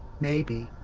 maybe.